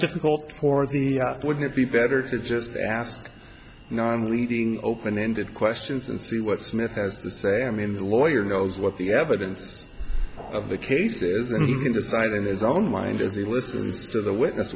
difficult for the wouldn't it be better to just ask you know i'm leaving open ended questions and see what smith has to say i mean the lawyer knows what the evidence of the case is and decide in his own mind as he listens to the witness